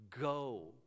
Go